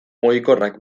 mugikorrak